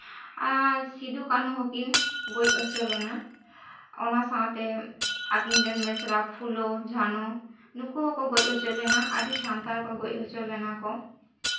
ᱟᱨ ᱥᱤᱫᱩ ᱠᱟᱹᱱᱩ ᱦᱚᱸᱠᱤᱱ ᱜᱚᱡ ᱦᱚᱪᱚ ᱞᱮᱱᱟ ᱚᱱᱟ ᱥᱟᱶᱛᱮ ᱟᱹᱠᱤᱱ ᱨᱮᱱ ᱢᱤᱥᱨᱟ ᱯᱷᱩᱞᱚ ᱡᱷᱟᱱᱚ ᱱᱩᱠᱩ ᱦᱚᱸᱠᱚ ᱜᱚᱡ ᱦᱚᱪᱚ ᱞᱮᱱᱟ ᱟᱹᱰᱤ ᱥᱟᱱᱛᱟᱲ ᱠᱚ ᱜᱚᱡ ᱦᱚᱪᱚ ᱞᱮᱱᱟ ᱠᱚ